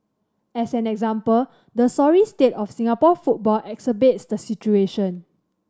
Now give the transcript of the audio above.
as an example the sorry state of Singapore football exacerbates the situation